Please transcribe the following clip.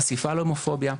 חשיפה להומופוביה,